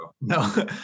No